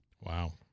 Wow